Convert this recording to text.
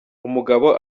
umugabo